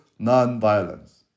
nonviolence